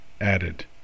added